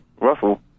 Russell